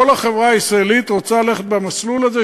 כל החברה הישראלית רוצה ללכת במסלול הזה,